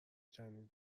جنین